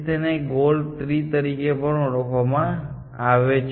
તેને ગોલ ટ્રી તરીકે પણ ઓળખવામાં આવે છે